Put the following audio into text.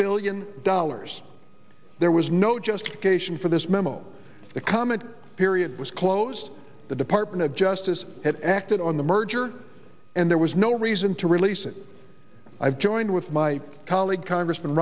billion dollars there was no justification for this memo the comment period was closed the department of justice had acted on the merger and there was no reason to release it i've joined with my colleague congressman